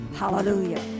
Hallelujah